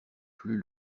plus